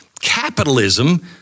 capitalism